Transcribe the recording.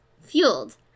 fueled